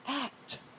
act